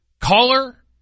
caller